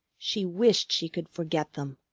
she wished she could forget them.